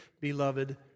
beloved